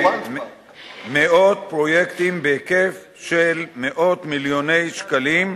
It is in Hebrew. מאות פרויקטים בהיקף של מאות מיליוני שקלים,